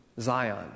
Zion